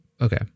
Okay